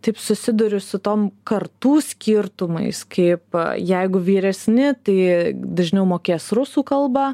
taip susiduriu su tom kartų skirtumais kaip jeigu vyresni tai dažniau mokės rusų kalbą